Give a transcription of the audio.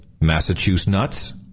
Massachusetts